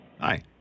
Hi